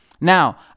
Now